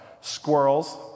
Squirrels